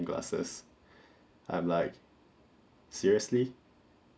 glasses I'm like seriously